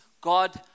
God